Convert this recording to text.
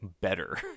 better